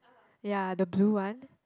ya the blue one